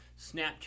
Snapchat